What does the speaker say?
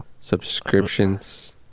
subscriptions